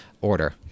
order